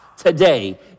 Today